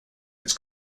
its